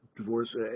divorce